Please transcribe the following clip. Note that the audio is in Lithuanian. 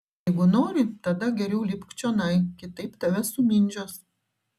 jeigu nori tada geriau lipk čionai kitaip tave sumindžios